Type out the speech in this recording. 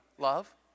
love